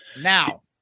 Now